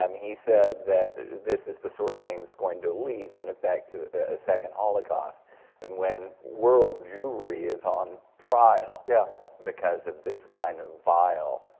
um he said that this is the sort of thing that's going to lead, in effect, to a second holocaust and when world jewry is on trial yeah because of this kind of vile,